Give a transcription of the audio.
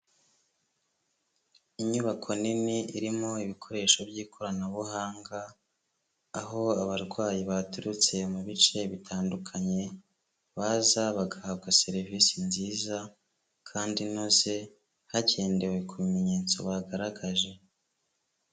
Inyubako nini irimo ibikoresho by'ikoranabuhanga, aho abarwayi baturutse mu bice bitandukanye baza bagahabwa serivisi nziza kandi inoze hagendewe ku bimenyetso bagaragaje.